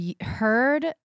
heard